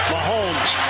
Mahomes